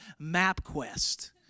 MapQuest